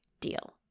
deal